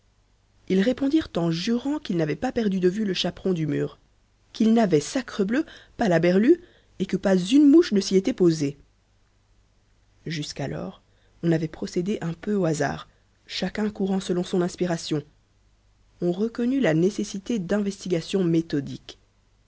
ils répondirent en jurant qu'ils n'avaient pas perdu de vue le chaperon du mur qu'ils n'avaient sacre bleu pas la berlue et que pas une mouche ne s'y était posée jusqu'alors on avait procédé un peu au hasard chacun courant selon son inspiration on reconnut la nécessité d'investigations méthodiques